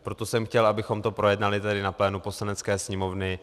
Proto jsem chtěl, abychom to projednali tady na plénu Poslanecké sněmovny.